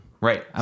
right